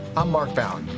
i'm mark bound,